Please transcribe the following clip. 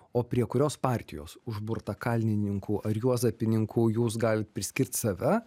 o prie kurios partijos užburtakaltininkų ar juozapininkų jūs galit priskirt save